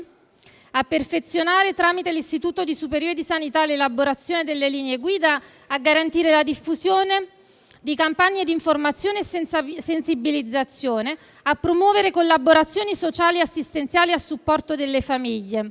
perfezionare tramite l'Istituto superiore di sanità, l'elaborazione delle linee guida; garantire la diffusione di campagne d'informazione e sensibilizzazione; promuovere collaborazioni sociali e assistenziali a supporto delle famiglie.